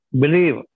Believe